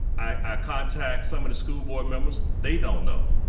i contact some of the school board members, they don't know